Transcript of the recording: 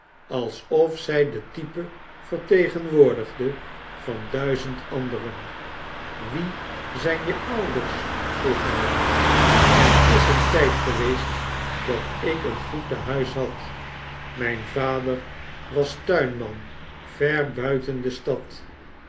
alsof zij de type vartegeiiwoordigde van duizend anderen wie zijn je ouders vroeg hij er is een tijd geweest da t ik een goed tehuis had mijn vader was tuinman ver buiten de stad